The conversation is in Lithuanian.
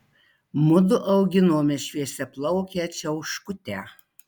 mudu auginome šviesiaplaukę čiauškutę